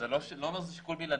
לא אמרתי שזה שיקול בלעדי,